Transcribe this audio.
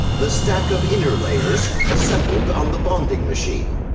the stack of inner layers, assembled on the bonding machine,